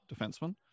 defenseman